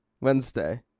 Wednesday